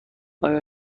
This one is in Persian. آیا